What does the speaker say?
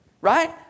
Right